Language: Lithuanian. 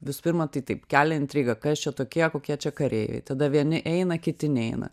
visų pirma tai taip kelia intrigą kas čia tokie kokie čia kareiviai ir tada vieni eina kiti neina